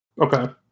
Okay